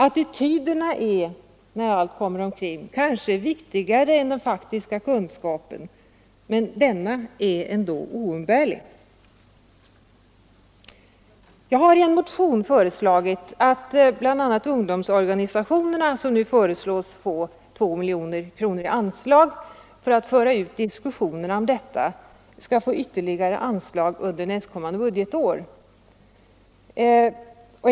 Attityderna är, när allt kommer omkring, kanske viktigare än den faktiska kunskapen, men denna är ändå oumbärlig. Jag har i en motion föreslagit att kvinnooch ungdomsorganisationerna, som nu föreslås få 2 miljoner kronor i anslag för att föra ut diskussionen om detta, skall få ytterligare anslag under nästkommande budgetår.